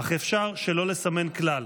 אך אפשר שלא לסמן כלל.